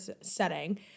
setting